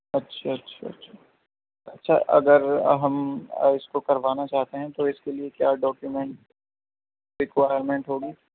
اچھا اچھا اچھا اچھا اگر ہم اس کو کروانا چاہتے ہیں تو اس کے لیے کیا ڈوکومن ریکوائرمنٹ ہوگی